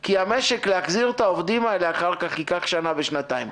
כי להחזיר את העובדים האלה אחר כך במשק ייקח שנה ושנתיים.